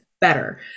better